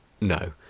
No